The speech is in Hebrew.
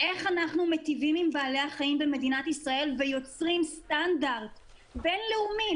איך אנחנו מטיבים עם בעלי החיים במדינת ישראל ויוצרים סטנדרט בין לאומי,